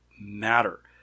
matter